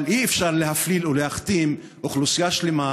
אבל אי-אפשר להפליל ולהכתים אוכלוסייה שלמה.